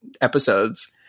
episodes